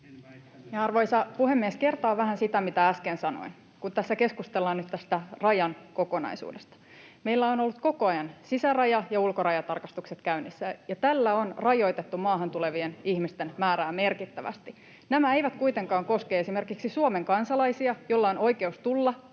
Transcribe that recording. Arvoisa puhemies! Kertaan vähän sitä, mitä äsken sanoin, kun tässä keskustellaan nyt tästä rajan kokonaisuudesta. Meillä ovat olleet koko ajan sisäraja- ja ulkorajatarkastukset käynnissä, ja tällä on rajoitettu maahan tulevien ihmisten määrää merkittävästi. Nämä eivät kuitenkaan koske esimerkiksi Suomen kansalaisia, joilla on oikeus tulla